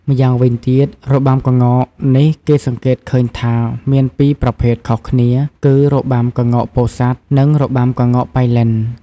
ម្យ៉ាងវិញទៀតរបាំក្ងោកនេះគេសង្កេតឃើញថាមានពីរប្រភេទខុសគ្នាគឺរបាំក្ងោកពោធិ៍សាត់ និងរបាំក្ងោកប៉ៃលិន។